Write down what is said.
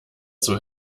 zur